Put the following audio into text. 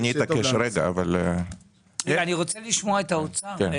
אני רוצה לשמוע את האוצר.